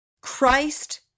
Christ